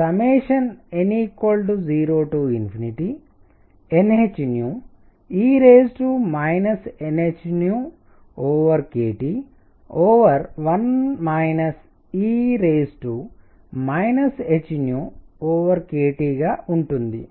n0nhe nhkT1 e hkTగా ఉంటుంది